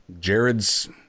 Jared's